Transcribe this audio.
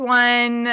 one